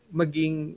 maging